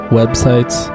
websites